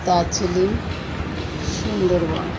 Darjeeling Sundarban